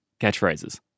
catchphrases